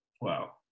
Wow